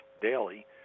daily